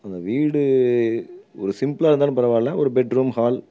அந்த வீடு ஒரு சிம்பிளாக இருந்தாலும் பரவாயில்ல ஒரு பெட்ரூம் ஹால்